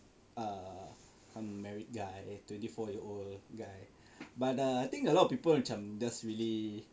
uh unmarried guy twenty four year old guy but uh I think a lot of people macam does really